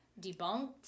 debunked